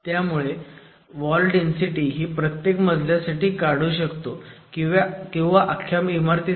त्यामुळे wall density ही प्रत्येक मजल्यासाठी काढू शकतो किंवा आख्या इमारतीसाठी